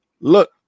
Look